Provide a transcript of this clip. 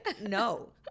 No